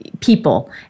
people